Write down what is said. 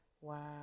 Wow